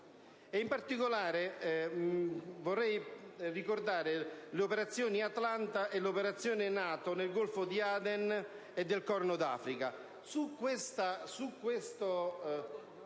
in Kosovo, vorrei ricordare l'operazione "Atalanta" e l'operazione NATO nel Golfo di Aden e nel Corno d'Africa.